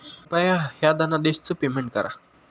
कृपया ह्या धनादेशच पेमेंट करा